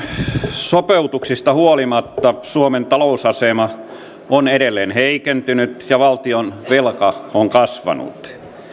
sopeutuksista huolimatta suomen talousasema on edelleen heikentynyt ja valtion velka on kasvanut